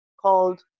called